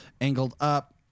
angled-up